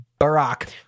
Barack